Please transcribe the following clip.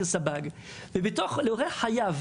מתוך חייו,